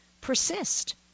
persist